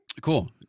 Cool